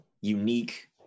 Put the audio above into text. unique